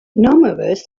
numerous